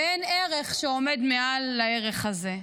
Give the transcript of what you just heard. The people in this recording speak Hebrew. ואין ערך שיכול לעמוד מעל לערך הזה.